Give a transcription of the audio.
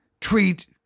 treat